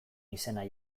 izena